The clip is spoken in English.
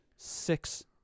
six